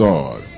God